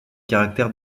caractères